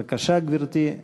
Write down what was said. בבקשה, גברתי,